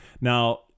Now